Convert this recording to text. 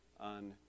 on